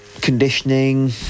Conditioning